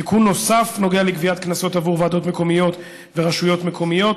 תיקון נוסף נוגע לגביית קנסות עבור ועדות מקומיות ורשויות מקומיות.